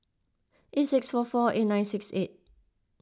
eight six four four eight nine six eight